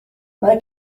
mae